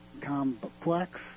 complex